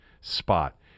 spot